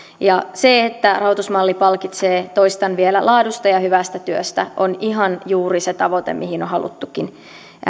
ja se että rahoitusmalli palkitsee toistan vielä laadusta ja hyvästä työstä on ihan juuri se tavoite mihin on haluttukin